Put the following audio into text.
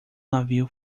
navio